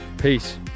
Peace